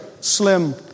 slim